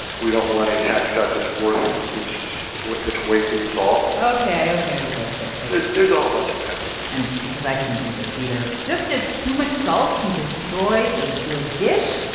we don't want a tax cut that's worth its weight its weight in salt ok. ok. ok. ok ok there's a whole bunch of bad puns here and because i couldn't resist either, just as too much salt can destroy a good dish,